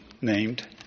named